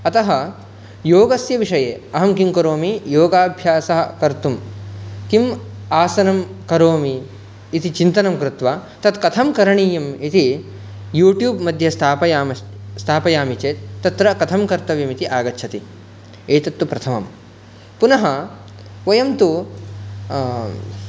अतः योगस्य विषये अहङ्किंकरोमि योगाभ्यासः कर्तुं किम् आसनं करोमि इति चिन्तनं कृत्वा तत् कथं करणीयम् इति यू्ट्यूब् मध्ये स्थापयामि चेत् तत्र कथं कर्तव्यम् इति आगच्छति एतत् तु प्रथमं पुनः वयं तु